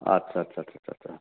आत्सा आत्सा आत्सा आत्सा